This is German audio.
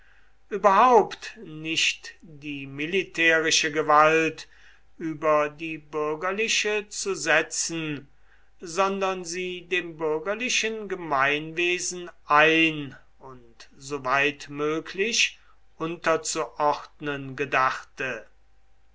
überhaupt nicht die militärische gewalt über die bürgerliche zu setzen sondern sie dem bürgerlichen gemeinwesen ein und soweit möglich unterzuordnen gedachte